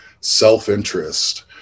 self-interest